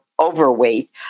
overweight